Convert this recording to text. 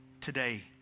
today